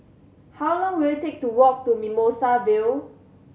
how long will it take to walk to Mimosa Vale